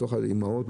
בתוך האימהות,